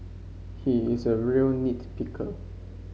he is a real nit picker